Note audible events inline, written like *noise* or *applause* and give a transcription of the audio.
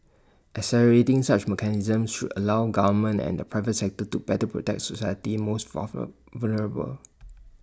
accelerating such mechanisms should allow governments and the private sector to better protect society's most *unintelligible* vulnerable